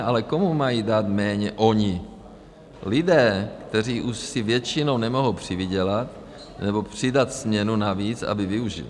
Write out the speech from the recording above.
Ale komu mají dát méně oni lidé, kteří už si většinou nemohou přivydělat nebo přidat směnu navíc, aby vyžili?